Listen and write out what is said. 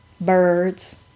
birds